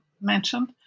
mentioned